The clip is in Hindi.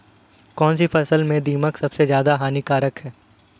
कौनसी फसल में दीमक सबसे ज्यादा हानिकारक है?